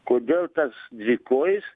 kodėl tas dvikojis